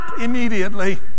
immediately